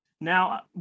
Now